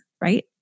right